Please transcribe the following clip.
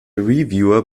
reviewer